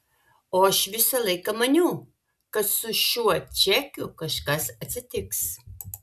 o aš visą laiką maniau kad su šiuo čekiu kažkas atsitiks